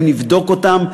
אם נבדוק אותם,